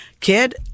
Kid